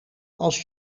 als